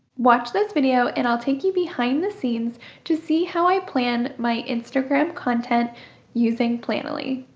watch this video and i'll take you behind the scenes to see how i plan my instagram content using planoly.